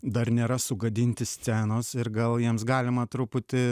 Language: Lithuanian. dar nėra sugadinti scenos ir gal jiems galima truputį